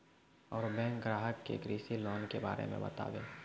और बैंक ग्राहक के कृषि लोन के बारे मे बातेबे?